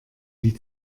die